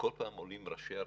וכל פעם עולים ראשי הרשויות,